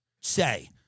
say